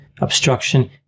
obstruction